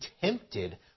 tempted